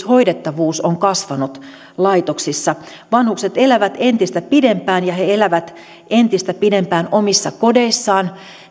hoidettavuus on kasvanut laitoksissa vanhukset elävät entistä pidempään ja he elävät entistä pidempään omissa kodeissaan